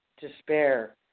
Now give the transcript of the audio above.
despair